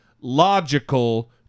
logical